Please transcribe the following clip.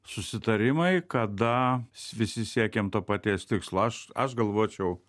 susitarimai kada visi siekiam to paties tikslo aš aš galvočiau